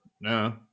no